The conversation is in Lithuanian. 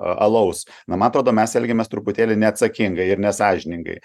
alaus na man atrodo mes elgiamės truputėlį neatsakingai ir nesąžiningai